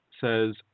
says